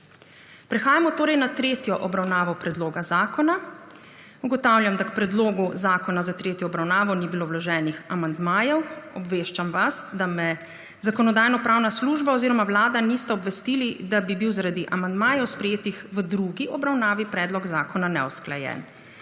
Prehajamo na tretjo obravnavo predloga zakona. Ugotavljam, da k predlogu zakona za tretjo obravnavo ni bilo vloženih amandmajev. Obveščam vas, da me Zakonodajno-pravna služba oziroma Vlada nista obvestili, da bi bil zaradi amandmajev sprejetih v drugi obravnavi predlog zakona neusklajen.